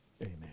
Amen